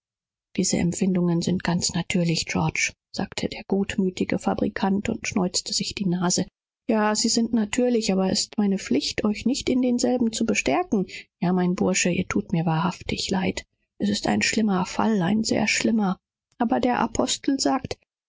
diese gefühle sind ganz natürlich georg sagte der gutmüthige mann sein taschentuch gebrauchend ja sie sind natürlich aber es ist meine pflicht dich nicht darin zu bestärken ja mein junge du thust mir leid es ist ein schlimmes ding sehr schlimm aber der apostel sagt